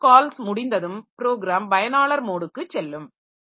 system calls முடிந்ததும் program பயனாளர் மோடுக்குச் செல்லும்